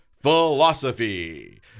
Philosophy